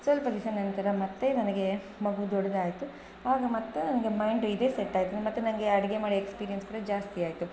ಸ್ವಲ್ಪ ದಿವ್ಸ ನಂತರ ಮತ್ತು ನನಗೆ ಮಗು ದೊಡ್ಡದಾಯ್ತು ಆಗ ಮತ್ತು ನನಗೆ ಮೈಂಡ್ ಇದೇ ಸೆಟ್ಟಾಯಿತು ಮತ್ತು ನನಗೆ ಅಡಿಗೆ ಮಾಡಿ ಎಕ್ಸ್ಪೀರಿಯೆನ್ಸ್ ಕೂಡ ಜಾಸ್ತಿ ಆಯಿತು